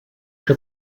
que